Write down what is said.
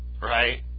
right